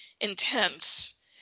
intense